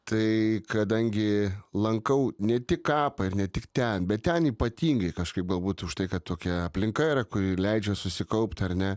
tai kadangi lankau ne tik kapą ir ne tik ten bet ten ypatingai kažkaip galbūt už tai kad tokia aplinka yra kuri leidžia susikaupt ar ne